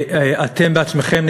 אתם בעצמכם,